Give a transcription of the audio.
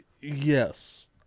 Yes